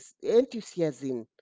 enthusiasm